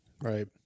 Right